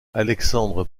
alexandre